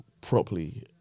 properly